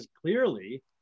clearly